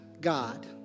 God